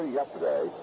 yesterday